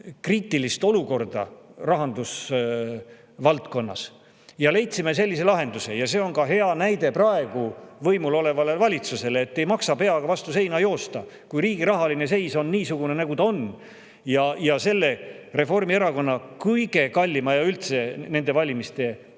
kriitilist olukorda rahandusvaldkonnas, vaid leidsime sellise lahenduse. See on hea näide praegu võimul olevale valitsusele, et ei maksa peaga vastu seina joosta, kui riigi rahaline seis on niisugune, nagu ta on. Kui nüüd selle Reformierakonna kõige kallima ja üldse nende valimiste